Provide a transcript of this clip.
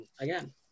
again